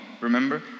remember